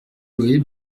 louer